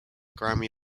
grammy